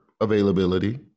availability